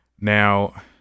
Now